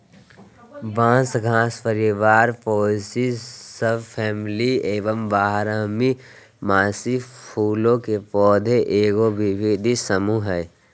बांस घास परिवार पोएसी सबफैमिली में बारहमासी फूलों के पौधा के एगो विविध समूह हइ